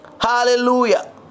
Hallelujah